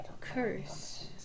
curse